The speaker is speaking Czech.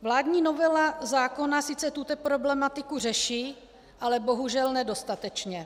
Vládní novela zákona sice tuto problematiku řeší, ale bohužel nedostatečně.